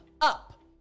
up